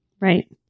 Right